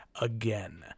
again